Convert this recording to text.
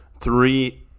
Three